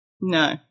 No